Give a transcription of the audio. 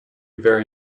very